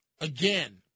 Again